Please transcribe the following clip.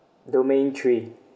domain three